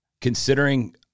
Considering